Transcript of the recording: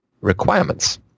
requirements